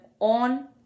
on